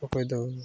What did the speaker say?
ᱚᱠᱚᱭ ᱫᱚ